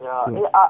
mm